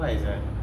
why sia